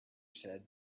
said